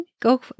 go